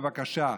בבקשה,